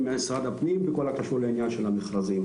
משרד הפנים בכל הקשור לעניין של המכרזים.